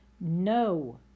no